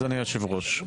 אדוני היושב-ראש.